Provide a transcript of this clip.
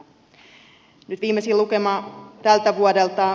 nyt viimeisin lukema tältä vuodelta